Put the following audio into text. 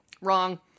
Wrong